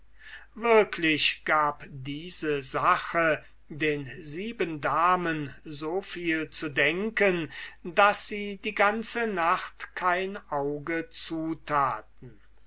wirklich gab diese sache den sieben damen so viel zu denken daß sie die ganze nacht kein auge zutaten